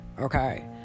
okay